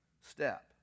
step